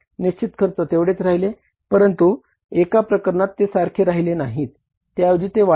निश्चित खर्च तेवढेच राहिले परंतु एका प्रकरणात ते सारखे राहिले नाहीत त्याऐवजी ते वाढले